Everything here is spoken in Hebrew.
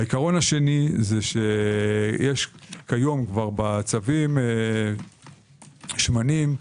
העיקרון השני, יש כיום בצווים שמנים,